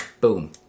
boom